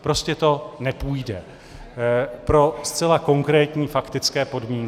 Prostě to nepůjde pro zcela konkrétní faktické podmínky.